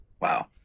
Wow